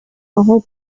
all